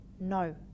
No